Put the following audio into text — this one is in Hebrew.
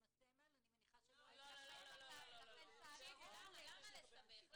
הסמל אני מניחה ש ------ למה לסבך?